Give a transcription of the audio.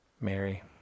Mary